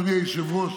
אדוני היושב-ראש,